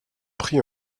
pris